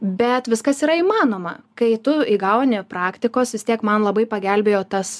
bet viskas yra įmanoma kai tu įgauni praktikos vis tiek man labai pagelbėjo tas